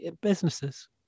businesses